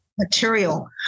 Material